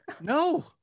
No